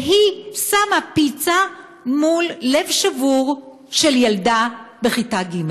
והיא שמה פיצה מול לב שבור של ילדה בכיתה ג'.